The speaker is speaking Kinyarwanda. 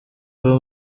iba